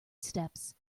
steps